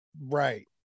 Right